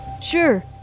Sure